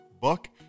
book